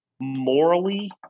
morally